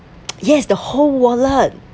yes the whole wallet